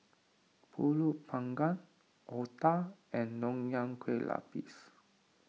Pulut Panggang Otah and Nonya Kueh Lapis